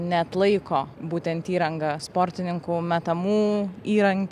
neatlaiko būtent įranga sportininkų metamų įrankių